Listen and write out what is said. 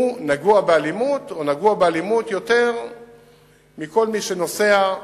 שהוא נגוע באלימות או נגוע באלימות יותר מכל מי שנוסע,